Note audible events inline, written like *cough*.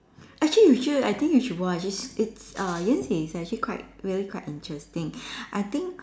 actually you should I think you should watch it's it's uh Yan-jing is actually quite really quite interesting *breath* I think